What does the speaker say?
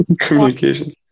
Communications